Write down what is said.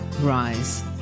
Rise